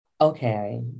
Okay